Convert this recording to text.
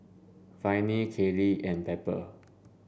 Viney Kailey and Pepper